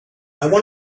wanted